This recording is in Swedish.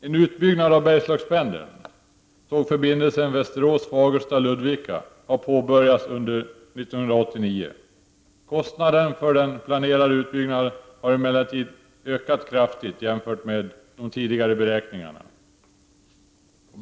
En utbyggnad av Bergslagspendeln — tågförbindelsen Västerås—Fagersta —Ludvika — har påbörjats under 1989. Kostnaderna för den planerade utbyggnaden har emellertid ökat kraftigt jämfört med de tidigare beräkningarna.